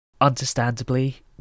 understandably